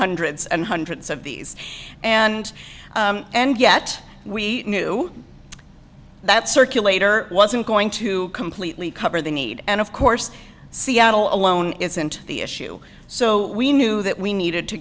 hundreds and hundreds of these and and yet we knew that circulator wasn't going to completely cover the need and of course seattle alone isn't the issue so we knew that we needed to